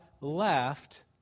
laughed